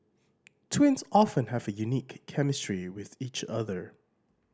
twins often have unique chemistry with each other